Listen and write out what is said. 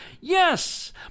Yes